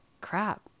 crap